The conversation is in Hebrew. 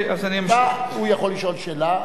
הוא יכול לשאול שאלה,